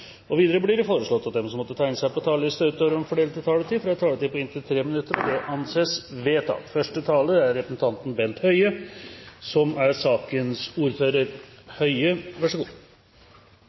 taletid. Videre blir det foreslått at de som måtte tegne seg på talerlisten utover den fordelte taletid, får en taletid på inntil 3 minutter. – Det anses vedtatt. Det er en viktig sak Stortinget i dag skal diskutere, som